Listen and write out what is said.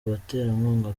baterankunga